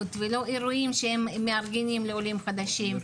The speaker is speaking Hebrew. ולא אירועים שהם מארגנים לעולים החדשים.